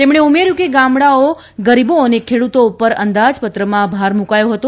તેમણે ઉમેર્યુ હતું કે ગામડાઓ ગરીબો અને ખેડુતો પર અંદાજપત્રમાં ભાર મુકાયો હતો